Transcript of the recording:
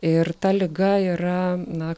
ir ta liga yra na